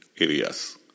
areas